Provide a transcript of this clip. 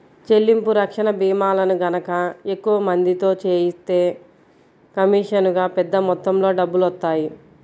చెల్లింపు రక్షణ భీమాలను గనక ఎక్కువ మందితో చేయిస్తే కమీషనుగా పెద్ద మొత్తంలో డబ్బులొత్తాయి